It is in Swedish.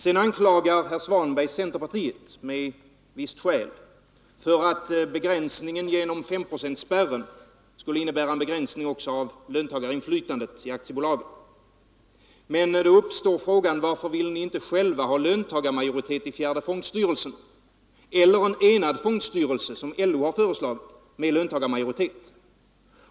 Sedan anklagar herr Svanberg centerpartiet, med visst skäl, för att begränsningen genom S-procentsspärren skulle innebära en begränsning också av löntagarinflytandet i aktiebolagen. Men då uppstår frågan: Varför vill ni inte själva ha löntagarmajoritet i fjärde fondstyrelsen eller en enad fondstyrelse, som LO har föreslagit, med löntagarmajoritet?